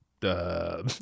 duh